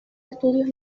estudios